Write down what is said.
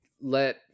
let